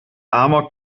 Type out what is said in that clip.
amok